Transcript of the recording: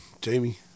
Jamie